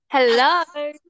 Hello